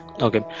okay